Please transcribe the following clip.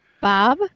Bob